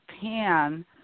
pan